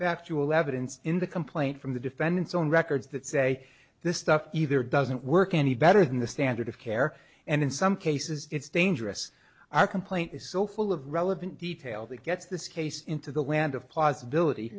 the actual evidence in the complaint from the defendant's own records that say this stuff either doesn't work any better than the standard of care and in some cases it's dangerous our complaint is so full of relevant detail that gets this case into the land of possibility